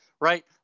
right